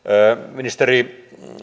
ministeri